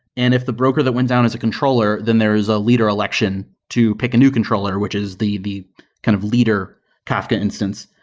and if the broker that went down is a controller, then there is a leader election to pick a new controller, which is the the kind of leader kafka instance.